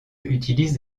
utilise